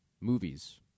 movies